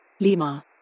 Lima